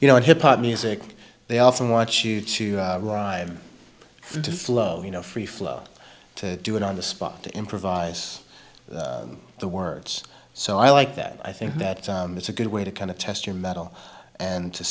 you know in hip hop music they often watch you to have to slow you know free flow to do it on the spot to improvise the words so i like that i think that it's a good way to kind of test your mettle and to